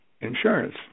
insurance